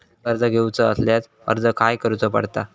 कर्ज घेऊचा असल्यास अर्ज खाय करूचो पडता?